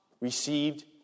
received